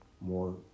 more